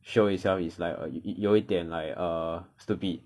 show itself is like err 有一点 like err stupid